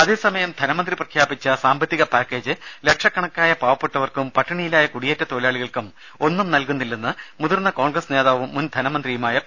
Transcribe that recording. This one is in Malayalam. രുമ ധനമന്ത്രി പ്രഖ്യാപിച്ച സാമ്പത്തിക പാക്കേജ് ലക്ഷക്കണക്കായ പാവപ്പെട്ടവർക്കും പട്ടിണിയിലായ കുടിയേറ്റ തൊഴിലാളികൾക്കും ഒന്നും നൽകുന്നില്ലെന്ന് മുതിർന്ന കോൺഗ്രസ് നേതാവും മുൻ ധനമന്ത്രിയുമായ പി